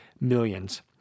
millions